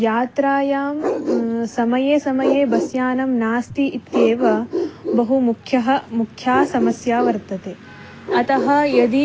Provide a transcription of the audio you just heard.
यात्रायां समये समये बस् यानं नास्ति इत्येव बहु मख्यः मुख्या समस्या वर्तते अतः यदि